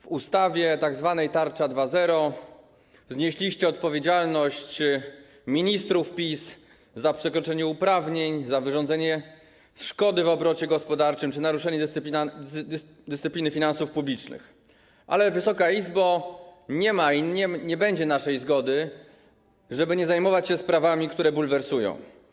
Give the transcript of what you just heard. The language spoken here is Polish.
W ustawie tzw. tarczy 2.0 znieśliście odpowiedzialność ministrów PiS za przekroczenie uprawnień, za wyrządzenie szkody w obrocie gospodarczym czy naruszenie dyscypliny finansów publicznych, ale, Wysoka Izbo, nie ma i nie będzie naszej zgody na to, żeby nie zajmować się sprawami, które bulwersują.